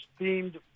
themed